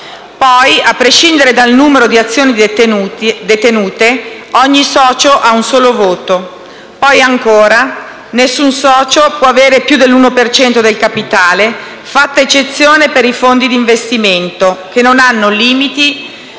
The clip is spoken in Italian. Poi, a prescindere dal numero di azioni detenute, ogni socio ha un solo voto. Ancora, nessun socio può avere più dell'uno per cento del capitale, fatta eccezione per i fondi d'investimento, che non hanno limiti